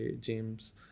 James